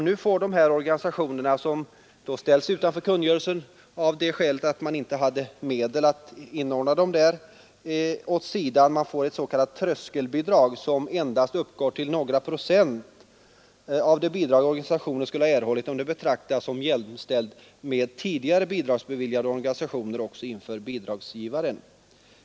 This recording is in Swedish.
Nu blir dessa organisationer, som ställs utanför kungörelsen av det skälet att man inte hade medel att inordna dem där, åsidosatta och får i stället det s.k. tröskelbidraget, som endast uppgår till några procent av det bidrag organisationerna annars skulle ha erhållit, om de betraktas som jämställda med tidigare bidragsbeviljade organisationer.